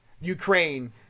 Ukraine